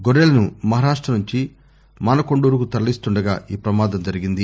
గొరెలను మహారాష్ట నుంచి మానకొండూరుకు తరలిస్తుండగా ఈ పమాదం జరిగింది